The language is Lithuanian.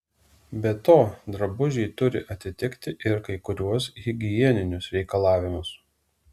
be to drabužiai turi atitikti ir kai kuriuos higieninius reikalavimus